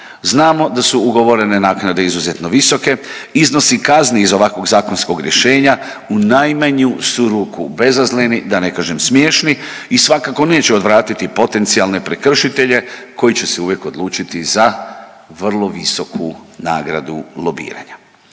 Znamo da su ugovorene naknade izuzetno visoke. Iznosi kazni iz ovakvog zakonskog rješenja u najmanju su ruku bezazleni, da ne kažem smiješni i svakako neće odvratiti potencijalne prekršitelje koji će se uvijek odlučiti za vrlo visoku nagradu lobiranja.